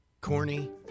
Corny